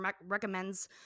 recommends